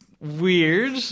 weird